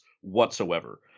whatsoever